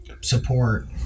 support